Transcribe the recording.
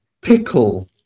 Pickle